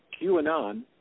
QAnon